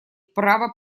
право